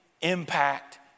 impact